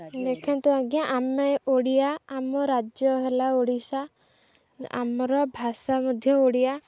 ଦେଖନ୍ତୁ ଆଜ୍ଞା ଆମେ ଓଡ଼ିଆ ଆମ ରାଜ୍ୟ ହେଲା ଓଡ଼ିଶା ଆମର ଭାଷା ମଧ୍ୟ ଓଡ଼ିଆ